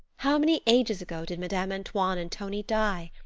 how many ages ago did madame antoine and tonie die?